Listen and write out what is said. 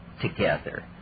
together